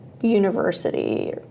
University